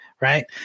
right